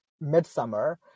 midsummer